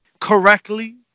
correctly